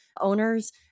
owners